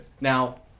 Now